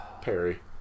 Perry